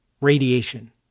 radiation